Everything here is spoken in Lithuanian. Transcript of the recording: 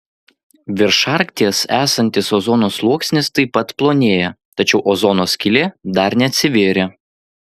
virš arkties esantis ozono sluoksnis taip pat plonėja tačiau ozono skylė dar neatsivėrė